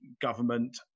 government